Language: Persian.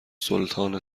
سلطان